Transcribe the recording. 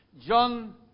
John